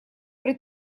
при